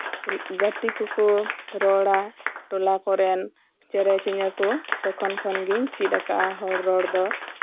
ᱜᱟᱛᱮ ᱠᱚᱠᱩ ᱨᱚᱲᱟ ᱴᱚᱞᱟ ᱠᱚᱨᱮᱱ ᱪᱮᱨᱮᱪᱤᱧᱟᱹ ᱠᱚ ᱛᱚᱠᱷᱚᱱ ᱠᱷᱚᱱ ᱜᱤᱧ ᱪᱮᱫ ᱟᱠᱟᱜᱼᱟ ᱦᱚᱲ ᱨᱚᱲ ᱫᱚ